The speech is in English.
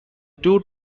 two